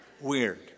weird